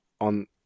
on